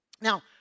Now